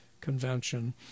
convention